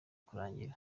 kurangira